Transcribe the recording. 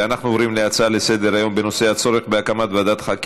ואנחנו עוברים להצעה לסדר-היום מס' 11060,